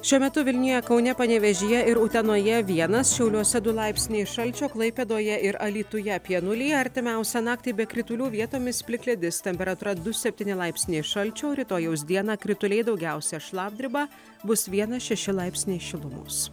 šiuo metu vilniuje kaune panevėžyje ir utenoje vienas šiauliuose du laipsniai šalčio klaipėdoje ir alytuje apie nulį artimiausią naktį be kritulių vietomis plikledis temperatūra du septyni laipsniai šalčio rytojaus dieną krituliai daugiausia šlapdriba bus vienas šeši laipsniai šilumos